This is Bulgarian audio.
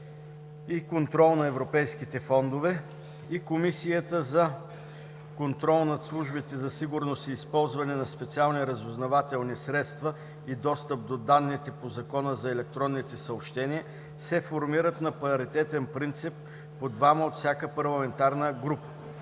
и контрол на европейските фондове и Комисията за контрол над службите за сигурност и използване на специални разузнавателни средства и достъп до данните по Закона за електронните съобщения се формират на паритетен принцип по двама от всяка парламентарна група.“